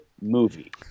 movie